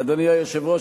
אדוני היושב-ראש,